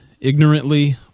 Ignorantly